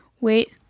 wait